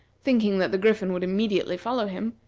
thinking that the griffin would immediately follow him,